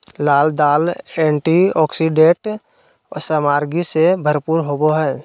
लाल दाल एंटीऑक्सीडेंट सामग्री से भरपूर होबो हइ